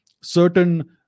certain